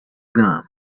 gum